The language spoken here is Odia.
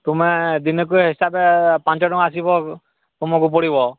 ତୁମେ ଦିନକୁ ହିସାବ ପାଞ୍ଚଟଙ୍କା ଆସିବ ତୁମକୁ ପଡ଼ିବ